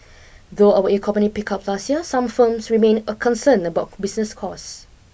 though our economy pick up last year some firms remain a concerned about business costs